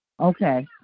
Okay